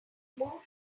move